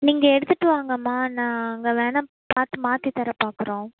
நீங்கள் எடுத்துகிட்டு வாங்கம்மா நாங்கள் வேணால் பார்த்து மாற்றித் தர பார்க்குறோம்